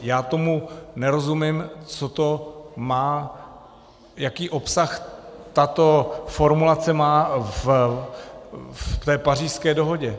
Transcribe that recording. Já tomu nerozumím, co to má, jaký obsah tato formulace má v té Pařížské dohodě?